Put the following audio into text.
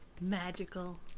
Magical